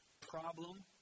problem